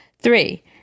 Three